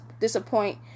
disappoint